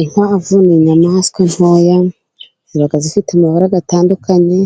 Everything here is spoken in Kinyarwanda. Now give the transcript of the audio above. Inkwavu ni inyamaswa ntoya ziba zifite amabara atandukanye